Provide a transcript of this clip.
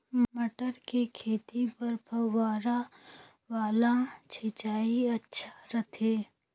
मटर के खेती बर फव्वारा वाला सिंचाई अच्छा रथे?